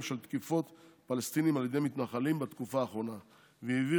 של תקיפות פלסטינים על ידי מתנחלים בתקופה האחרונה והבהיר